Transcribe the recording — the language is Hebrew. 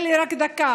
תרשה לי רק דקה.